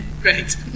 great